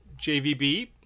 JVB